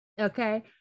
Okay